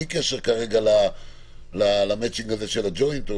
בלי קשר כרגע למטצ'ינג הזה של הג'וינט,